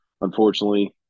unfortunately